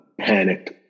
panicked